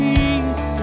Peace